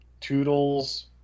Toodles